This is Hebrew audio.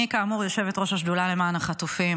אני, כאמור, יושבת-ראש השדולה למען החטופים.